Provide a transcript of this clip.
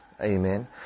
Amen